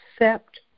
accept